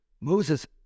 Moses